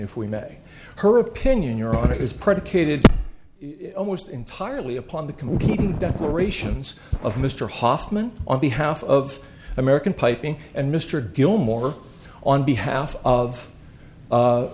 if we met her opinion your honor is predicated almost entirely upon the competing declarations of mr hoffman on behalf of american piping and mr gilmore on behalf of